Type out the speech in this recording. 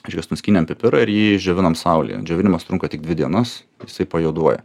išvis nuskynėm pipirą ir jį išdžiovinom saulėje džiovinimas trunka tik dvi dienas jisai pajuoduoja